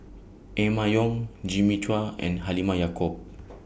Emma Yong Jimmy Chua and Halimah Yacob